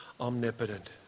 omnipotent